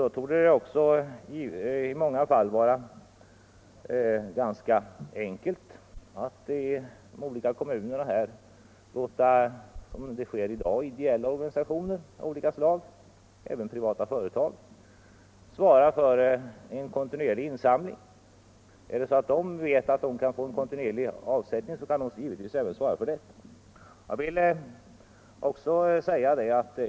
Då torde det i många fall vara ganska enkelt att i de olika kommunerna, som det sker i dag, låta ideella organisationer av olika slag och även privata företag svara för en regelbunden insamling. Om dessa företag vet att de kan få en kontinuerlig avsättning kan de givetvis svara för insamlingen.